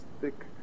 thick